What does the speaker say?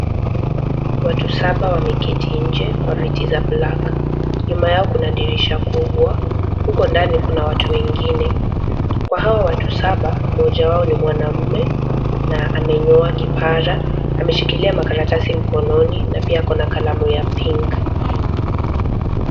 Watu saba wameketi nje kwa viti za black .Nyuma yao kuna dirisha ya kubwa. Huko ndani kuna watu wengine. Kwa hawa watu saba, mmoja wao ni mwanamume na amenyoa kipara. Ameshikilia makaratasi mkononi na pia akona kalamu ya pink .